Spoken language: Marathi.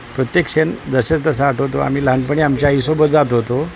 प्रत्येक क्षण जसेच तसा आठवतो आम्ही लहानपणी आमच्या आईसोबत जात होतो